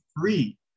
free